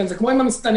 זה כמו עם המסתננים.